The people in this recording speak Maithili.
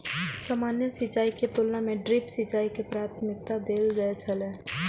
सामान्य सिंचाई के तुलना में ड्रिप सिंचाई के प्राथमिकता देल जाय छला